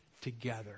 together